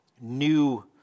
new